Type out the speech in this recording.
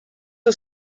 are